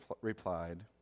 replied